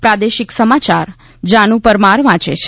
પ્રાદેશિક સમાચાર જીનુ પરમાર વાંચે છે